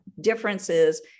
differences